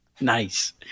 Nice